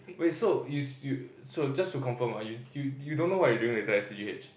wait so its you so just to confirm ah you you don't know what you doing later at c_g_h